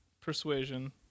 persuasion